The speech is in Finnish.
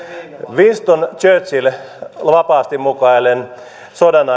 winston churchill vapaasti mukaillen sodan